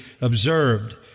observed